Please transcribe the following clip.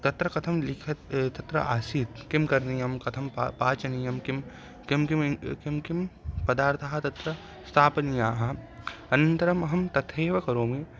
तत्र कथं लिखति तत्र आसीत् किं करणीयं कथं पा पाचनीयं किं किं किं किं किं पदार्थः तत्र स्थापनीयः अन्तरम् अहं तथैव करोमि